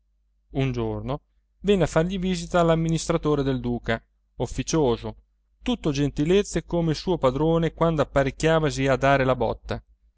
giorno venne a fargli visita l'amministratore del duca officioso tutto gentilezze come il suo padrone quando apparecchiavasi a dare la botta